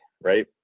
Right